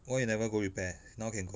why you never go repair now can go